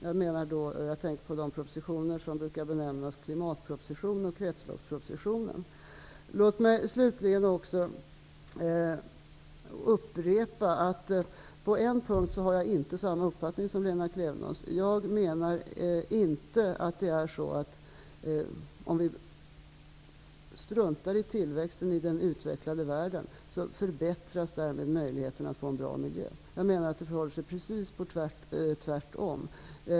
Jag tänker på de propositioner som brukar benämnas klimatpropositionen och kretsloppspropositionen. Låt mig slutligen säga att jag på en punkt inte har samma uppfattning som Lena Klevenås: Jag menar inte att om vi struntar i tillväxten i den utvecklade världen, så förbättras därmed möjligheterna att få en bra miljö. Jag menar att det förhåller sig precis tvärtom.